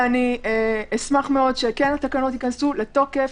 אשמח שהתקנות כן ייכנסו לתוקף.